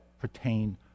pertain